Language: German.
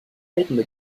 eigene